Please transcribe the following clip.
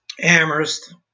Amherst